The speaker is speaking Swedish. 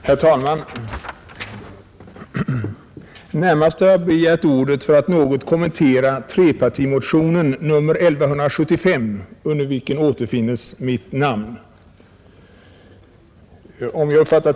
Herr talman! Närmast har jag begärt ordet för att något kommentera trepartimotionen nr 1175, under vilken återfinnes mitt namn.